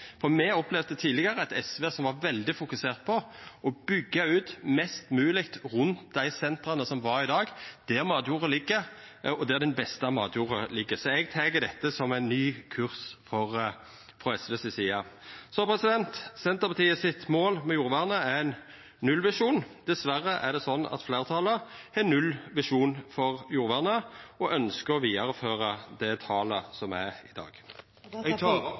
Me opplevde tidlegare eit SV som var veldig fokusert på å byggja ut mest mogleg rundt dei sentera som er i dag, der matjorda ligg, og der den beste matjorda ligg, så eg tek dette som ein ny kurs frå SV si side. Senterpartiets mål med jordvernet er ein nullvisjon. Dessverre er det slik at fleirtalet har null visjon for jordvernet og ønskjer å vidareføra det talet som er i dag. Eg